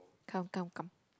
come come come